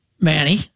Manny